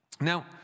now